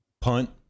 punt